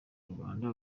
rubanda